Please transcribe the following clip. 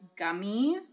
Gummies